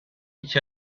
iki